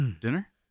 dinner